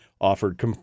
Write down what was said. offered